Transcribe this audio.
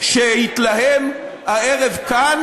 שהתלהם הערב כאן